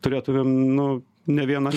turėtumėm nu ne vieną